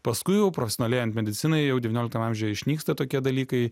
paskui jau profesionalėjant medicinai jau devynioliktam amžiuj išnyksta tokie dalykai